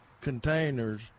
containers